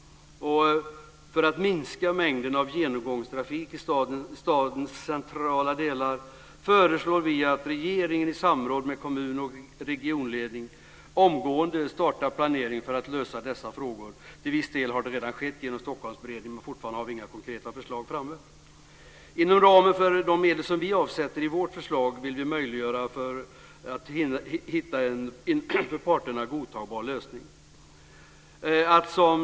För att minska mängden genomgångstrafik i stadens centrala delar föreslår vi att regeringen i samråd med kommun och regionledning omgående startar planering för att lösa dessa frågor. Till viss del har det redan skett genom Stockholmsberedningen. Men vi har fortfarande inte några konkreta förslag framme. Inom ramen för de medel vi avsätter i vårt förslag vill vi möjliggöra att hitta en för parterna godtagbar lösning.